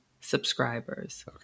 subscribers